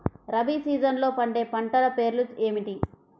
రబీ సీజన్లో పండే పంటల పేర్లు ఏమిటి?